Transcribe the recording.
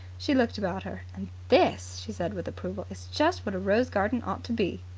she looked about her. and this, she said with approval, is just what a rose-garden ought to be.